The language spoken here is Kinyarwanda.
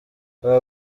aba